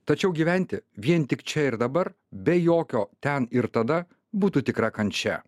tačiau gyventi vien tik čia ir dabar be jokio ten ir tada būtų tikra kančia